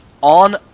on